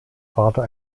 vater